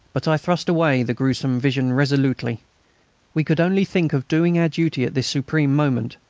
but i thrust away the gruesome vision resolutely we could only think of doing our duty at this supreme moment.